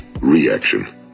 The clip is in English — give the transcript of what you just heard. reaction